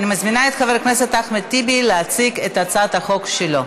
אני מזמינה את חבר הכנסת אחמד טיבי להציג את הצעת החוק שלו.